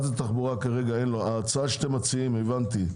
ההצעה שאתם מציעים הבנתי,